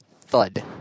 Thud